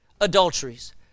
adulteries